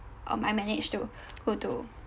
um I managed to go to